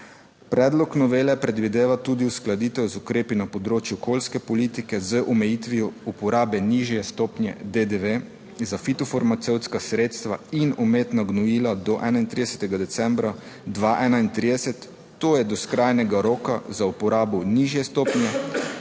Predlog novele predvideva tudi uskladitev z ukrepi na področju okoljske politike z omejitvijo uporabe nižje stopnje DDV za fitofarmacevtska sredstva in umetna gnojila do 31. decembra 2031, to je do skrajnega roka za uporabo nižje stopnje,